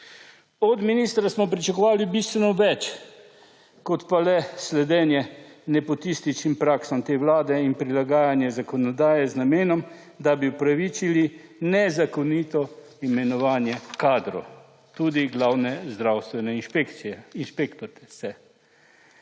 Od ministra smo pričakovali bistveno več kot pa le sledenje nepotističnim praksam te vlade in prilagajanje zakonodaje z namenom, da bi upravičili nezakonito imenovanje kadrov, tudi glavne zdravstvene inšpektorice.